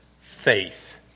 faith